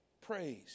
praise